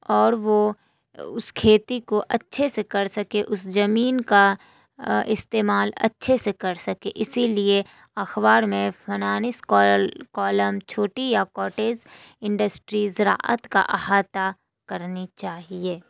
اور وہ اس کھیتی کو اچھے سے کر سکے اس زمین کا استعمال اچھے سے کر سکے اسی لیے اخبار میں فنانس کالم چھوٹی یا قاٹیز انڈسٹریز زراعت کا احاطہ کرنی چاہیے